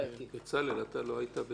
בצלאל, לא היית בתחילת